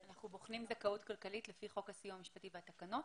אנחנו בוחנים זכאות כלכלית לפי חוק הסיוע המשפט והתקנות.